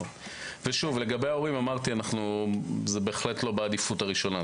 לגבי ההורים זה בהחלט לא בעדיפות הראשונה.